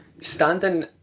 standing